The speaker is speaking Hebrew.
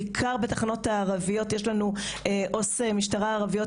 בעיקר בתחנות הערביות יש לנו עו"ס משטרה ערביות,